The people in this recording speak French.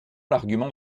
l’argument